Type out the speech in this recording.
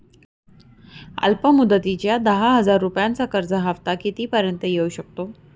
अल्प मुदतीच्या दहा हजार रुपयांच्या कर्जाचा हफ्ता किती पर्यंत येवू शकतो?